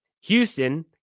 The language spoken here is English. Houston